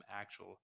actual